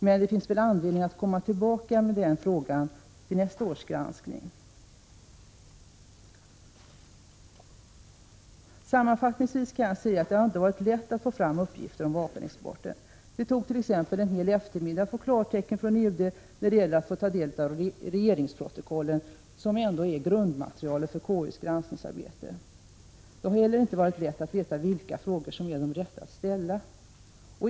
Men det finns anledning att återkomma med den frågan till nästa års granskning. Sammanfattningsvis kan jag säga att det inte har varit lätt att få fram uppgifter om vapenexporten. Det tog t.ex. en hel eftermiddag att få klartecken från UD när det gäller att få ta del av regeringsprotokollen, som ändå är grundmaterialet för KU:s arbete. Det har inte heller varit lätt att veta vilka frågor som är de rätta att ställa.